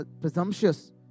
presumptuous